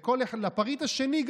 גם לפריט השני,